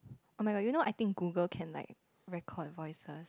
oh-my-god do you know I think Google can like record voices